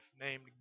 named